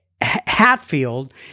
Hatfield